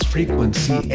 Frequency